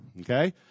Okay